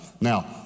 Now